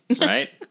right